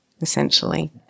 essentially